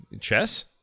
Chess